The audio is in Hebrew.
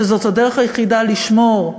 שזאת הדרך היחידה לשמור,